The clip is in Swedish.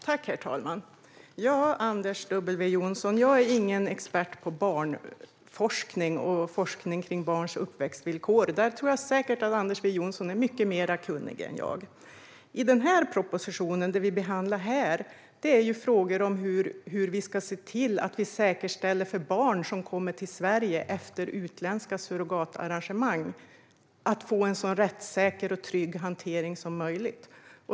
Herr talman! Ja, Anders W Jonsson, jag är ingen expert på barnforskning eller forskning om barns uppväxtvillkor. Där tror jag säkert att Anders W Jonsson är mycket kunnigare än jag. Propositionen vi behandlar här rör frågor om hur vi ska säkerställa att barn som kommer till Sverige efter utländska surrogatarrangemang får en så rättssäker och trygg hantering som möjligt.